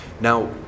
Now